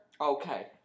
Okay